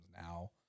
now